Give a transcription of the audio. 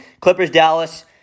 Clippers-Dallas